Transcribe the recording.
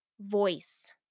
voice